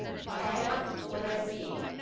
kyle valeski.